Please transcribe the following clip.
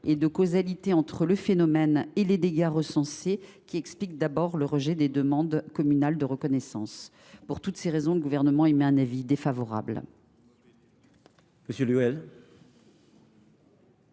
de causalité entre le phénomène et les dégâts recensés qui explique d’abord le rejet des demandes communales de reconnaissance. Pour toutes ces raisons, le Gouvernement émet un avis défavorable